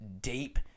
deep